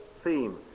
theme